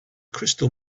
crystal